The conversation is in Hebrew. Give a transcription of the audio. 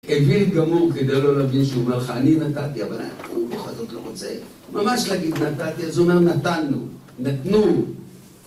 אוויל גמור כדי לא להבין שהוא אומר לך אני נתתי אבל הוא במוחדות לא רוצה ממש להגיד נתתי אז הוא אומר נתנו, נתנו